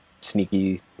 sneaky